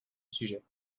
sujet